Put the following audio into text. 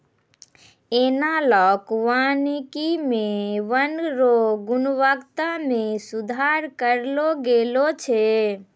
एनालाँक वानिकी मे वन रो गुणवत्ता मे सुधार करलो गेलो छै